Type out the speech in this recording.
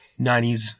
90s